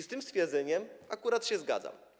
Z tym stwierdzeniem akurat się zgadzam.